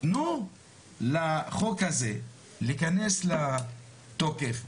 תנו לחוק הזה להיכנס לתוקף.